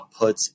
outputs